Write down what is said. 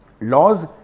Laws